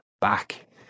back